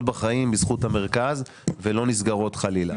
בחיים בזכות המרכז וחלילה לא נסגרות.